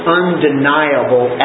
undeniable